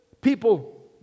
People